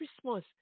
Christmas